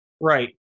right